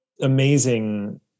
amazing